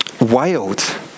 wild